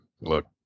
look